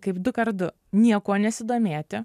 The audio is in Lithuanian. kaip du kart du niekuo nesidomėti